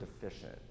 deficient